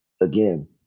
Again